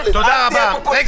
לסגר.